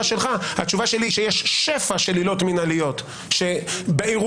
שלך - שיש שפע של עילות מינהליות באירוע.